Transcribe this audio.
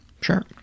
Sure